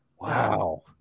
Wow